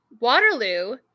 Waterloo